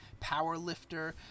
powerlifter